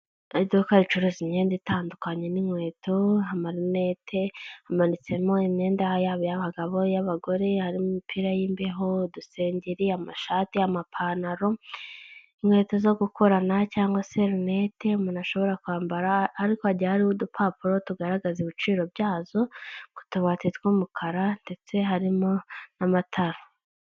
Iduka ricuruza imyenda itandukanye n'inkweto. Amarinete, hamanitsemo imyenda yaba iy'abagabo, iy'abagore. Harimo imipira y'imbeho, dusengeri, amashati, amapantaro, inkweto zo gukorana cyangwa se rinete umuntu ashobora kwambara. Ariko hagiye hariho udupapuro tugaragaza ibiciro byazo ku tubati tw'umukara, ndetse harimo n'amatara.